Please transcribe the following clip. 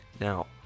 now